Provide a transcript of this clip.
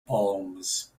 palms